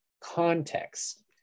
context